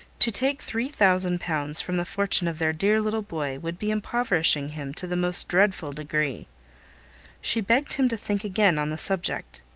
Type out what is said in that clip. to take three thousand pounds from the fortune of their dear little boy would be impoverishing him to the most dreadful degree she begged him to think again on the subject.